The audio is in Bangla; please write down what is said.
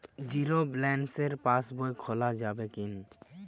জীরো ব্যালেন্স পাশ বই খোলা যাবে কি?